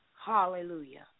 Hallelujah